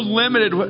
limited